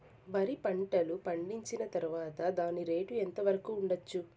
వరి పంటలు పండించిన తర్వాత దాని రేటు ఎంత వరకు ఉండచ్చు